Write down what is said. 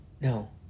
No